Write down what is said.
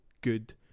good